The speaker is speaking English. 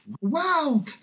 Wow